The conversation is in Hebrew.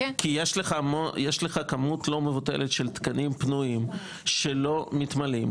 כי יש לך כמות לא מבוטלת של תקנים פנויים שלא מתמלאים,